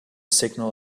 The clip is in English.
signal